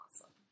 awesome